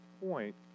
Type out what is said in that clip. point